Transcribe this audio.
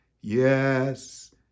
yes